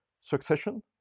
succession